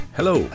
Hello